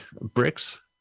Bricks